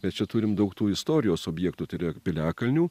mes čia turim daug tų istorijos objektų tai yra piliakalnių